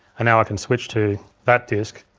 now i can switch to that disk,